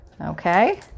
Okay